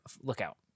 Lookout